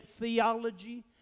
theology